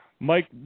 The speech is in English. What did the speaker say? Mike